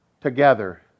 together